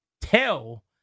tell